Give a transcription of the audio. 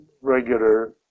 regular